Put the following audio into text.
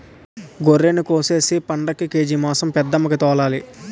గొర్రినికోసేసి పండక్కి కేజి మాంసం పెద్దమ్మికి తోలాలి